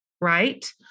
right